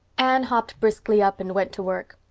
anne hopped briskly up and went to work.